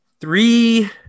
three